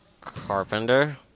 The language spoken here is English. Carpenter